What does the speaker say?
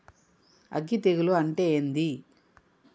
అగ్గి తెగులు అంటే ఏంది?